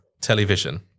Television